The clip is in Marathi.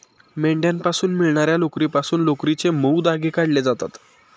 मेंढ्यांपासून मिळणार्या लोकरीपासून लोकरीचे मऊ धागे काढले जातात